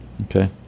Okay